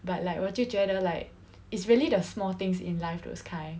but like 我就觉得 like it's really the small things in life those kind